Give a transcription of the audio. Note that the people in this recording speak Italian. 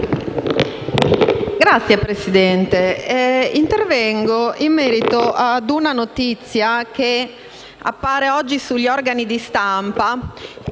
Signora Presidente, intervengo in merito a una notizia che appare oggi sugli organi di stampa